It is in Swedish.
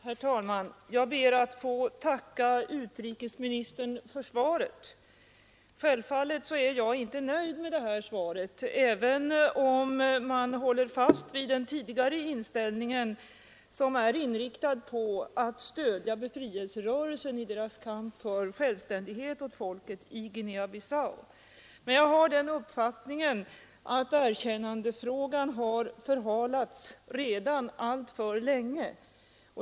Herr talman! Jag ber att få tacka utrikesministern för svaret. Självfallet är jag inte nöjd med svaret även om där sägs att man håller fast vid den tidigare inställningen som är inriktad på att stödja befrielserörelsen i dess kamp för självständighet åt folket i Guinea-Bissau. Jag har den uppfattningen att erkännandefrågan redan har förhalats alltför länge.